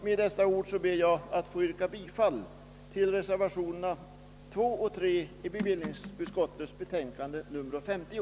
Med dessa ord ber jag att få yrka bifall till reservationerna 2 och 3 till bevillningsutskottets betänkande nr 50.